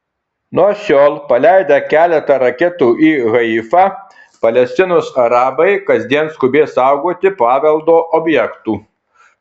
nuo šiol paleidę keletą raketų į haifą palestinos arabai kasdien skubės saugoti paveldo objektų